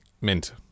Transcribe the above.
Mint